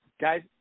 guys